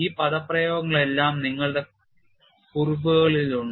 ഈ പദപ്രയോഗങ്ങളെല്ലാം നിങ്ങളുടെ കുറിപ്പുകളിൽ ഉണ്ട്